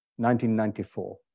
1994